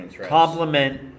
complement